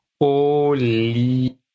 holy